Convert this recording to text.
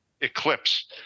eclipse